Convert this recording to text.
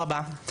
תודה רבה.